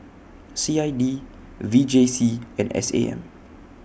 C I D V J C and S A M